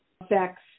affects